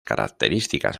características